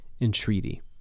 entreaty